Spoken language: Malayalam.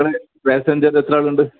പാസ്സഞ്ചേഴ്സ് എത്ര ആളുണ്ട്